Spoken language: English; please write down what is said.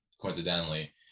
coincidentally